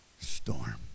storm